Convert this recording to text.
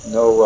no